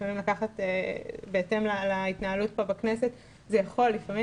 לפעמים לקחת בהתאם להתנהלות כאן בכנסת ולפעמים,